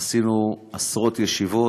עשינו עשרות ישיבות.